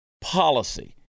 policy